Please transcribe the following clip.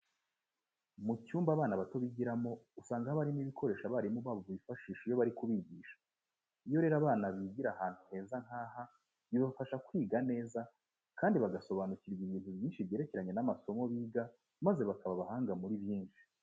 Mu cyumba abana bato bigiramo usanga haba harimo ibikoresho abarimu babo bifashisha iyo bari kubigisha. Iyo rero abana bigira ahantu heza nk'aha bibafasha kwiga neza kandi bagasobanukirwa ibintu byinshi byerekeranye n'amasomo biga maze bakaba abahanga muri byinshi.